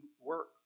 work